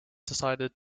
decided